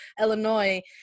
illinois